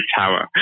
tower